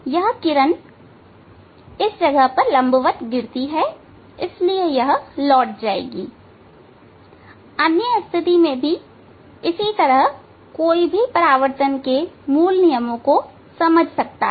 यह किरण यहां पर लंबवत गिरती है इसलिए यह लौट जाएगी अन्य स्थिति को भी इसी तरह कोई भी परावर्तन के मूल नियमों से इसे समझा सकता है